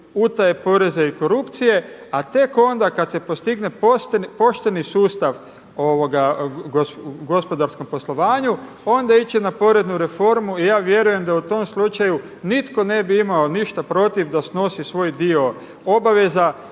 utaje poreza i korupcije, a tek onda kada se postigne pošteni sustav u gospodarskom poslovanju onda ići na poreznu reformu i ja vjerujem da u tom slučaju nitko ne bi imao ništa protiv da snosi svoj dio obaveza,